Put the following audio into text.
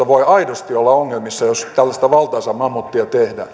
voi aidosti olla ongelmissa jos tällaista valtaisaa mammuttia tehdään